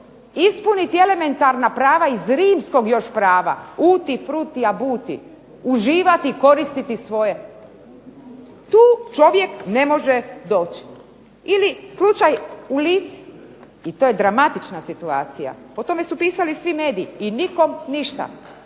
ispuniti elementarna prava iz Rimskog još prava „uti, fruti abuti“, uživati koristiti svoje. Tu čovjek ne može doći. Ili slučaj u Lici i to je dramatična situacija, o tome su pisali svi mediji, i nitko ništa,